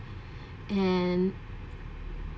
and